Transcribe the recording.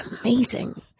amazing